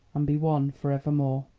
and be one for evermore.